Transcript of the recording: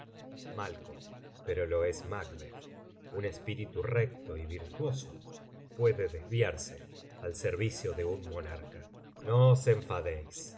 pero lo es macbeth un espíritu recto y virtuoso puede desviarse al servicio de un monarca no os enfadéis